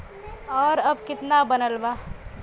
और अब कितना बनल बा?